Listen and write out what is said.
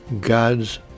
God's